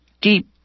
deep